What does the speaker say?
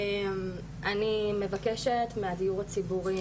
אני מבקשת מהדיור הציבורי,